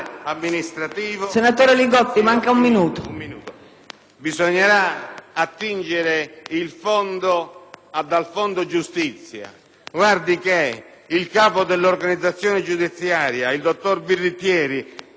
bisognerà attingere al fondo giustizia. Guardi che il Capo dell'organizzazione giudiziaria, il dottor Birritteri, in Commissione giustizia della Camera, ha detto